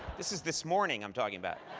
this is this morning i'm talking about.